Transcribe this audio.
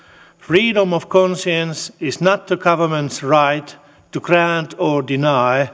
freedom of conscience is not a governments right to grant or deny